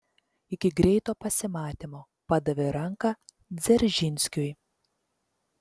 iki greito pasimatymo padavė ranką dzeržinskiui